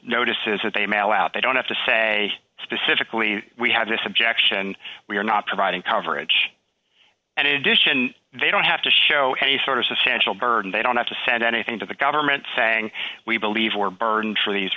notices that they mail out they don't have to say specifically we have this objection we are not providing coverage and addition they don't have to show any sort of substantial burden they don't have to said anything to the government saying we believe your burden for these